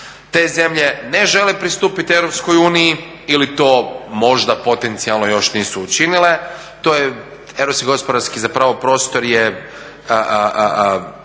Te zemlje ne žele pristupiti EU ili to možda potencijalno još nisu učinile. To je Europski gospodarski,